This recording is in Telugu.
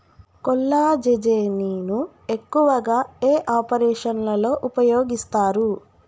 కొల్లాజెజేని ను ఎక్కువగా ఏ ఆపరేషన్లలో ఉపయోగిస్తారు?